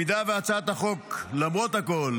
אם הצעת החוק למרות הכול